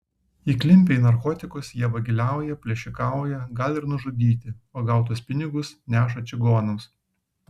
įklimpę į narkotikus jie vagiliauja plėšikauja gali ir nužudyti o gautus pinigus neša čigonams